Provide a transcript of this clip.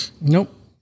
nope